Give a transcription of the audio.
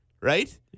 right